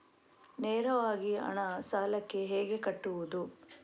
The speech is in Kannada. ನೇರವಾಗಿ ಹಣ ಸಾಲಕ್ಕೆ ಹೇಗೆ ಕಟ್ಟುವುದು?